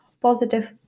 Positive